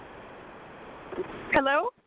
Hello